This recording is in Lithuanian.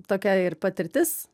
tokia ir patirtis